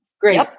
great